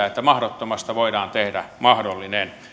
että mahdottomasta voidaan tehdä mahdollinen